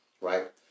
right